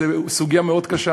זו סוגיה מאוד קשה,